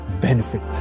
benefit